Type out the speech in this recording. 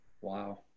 Wow